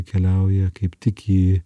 keliauja kaip tik į